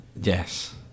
yes